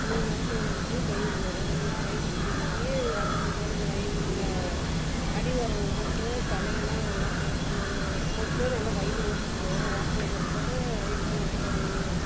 மூணு மாதம் கழித்து பயிர் வரும் அந்த பயிரை பிடுங்கி அதுக்கு பிற்பாடு இந்த வயல்ல அடி உரம் போட்டு தளை எல்லாம் நல்லா போட்டு போட்டு நல்லா வயல்ல ஓட்டிப்புடுவோம் ஓட்டுன பிற்பாடு வயல்லாம் நல்லா